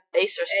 Acer